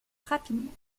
rapidement